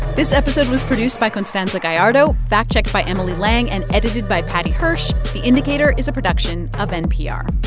this episode was produced by constanza gallardo, fact-checked by emily lang and edited by paddy hirsch. the indicator is a production of npr